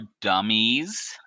Dummies